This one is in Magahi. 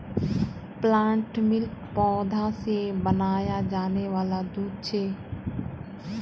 प्लांट मिल्क पौधा से बनाया जाने वाला दूध छे